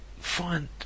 find